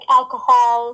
alcohol